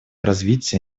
развития